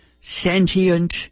sentient